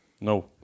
No